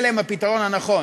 הפתרון הנכון.